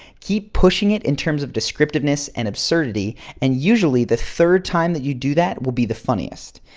keep pushing it in terms of descriptiveness and absurdity and usually, the third time that you do that will be the funniest.